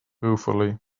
ruefully